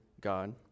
God